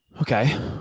Okay